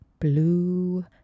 blue